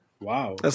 Wow